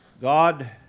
God